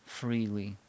freely